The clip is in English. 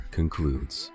concludes